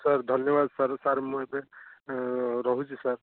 sir ଧନ୍ୟବାଦ sir sir ମୁଁ ଏବେ ରହୁଛି ସାର୍